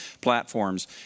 platforms